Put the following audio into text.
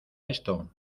esto